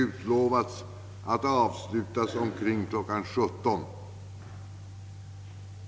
17.00 — i enlighet med vad som sedan länge utlovats.